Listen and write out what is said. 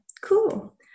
cool